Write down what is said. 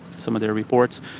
some of their reports.